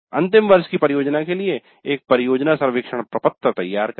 अंतिम वर्ष की परियोजना के लिए एक परियोजना सर्वेक्षण प्रपत्र तैयार करें